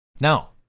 Now